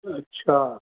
अच्छा